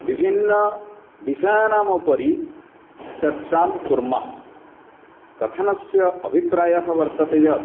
विभिन्नविषयाणामुपरि चर्चां कुर्मः कथनस्य अभिप्रायः वर्तते यत्